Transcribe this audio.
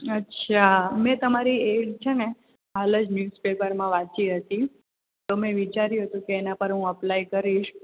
અચ્છા મેં તમારી એડ છે ને હાલ જ ન્યૂઝ પેપરમાં વાંચી હતી તો મેં વિચાર્યુ હતું કે એનાં પર હું અપ્લાય કરીશ